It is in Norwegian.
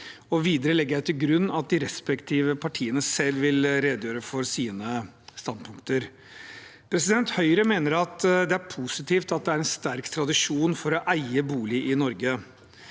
legger jeg til grunn at de respektive partiene selv vil redegjøre for sine standpunkter. Høyre mener at det er positivt at det er en sterk tradisjon for å eie bolig i Norge.